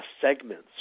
segments